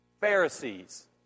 Pharisees